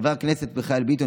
חבר הכנסת מיכאל ביטון,